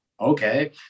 okay